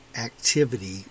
Activity